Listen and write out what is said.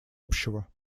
общего